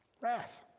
Wrath